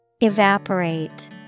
Evaporate